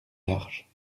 large